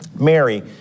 Mary